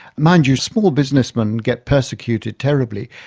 mind you, small businessmen get persecuted terribly.